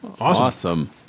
Awesome